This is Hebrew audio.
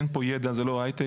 אין פה ידע, זה לא הייטק.